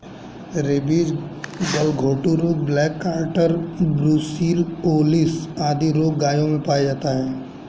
rabies, गलघोंटू रोग, black quarter, brucellosis आदि रोग गायों में पाया जाता है